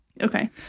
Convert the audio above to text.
Okay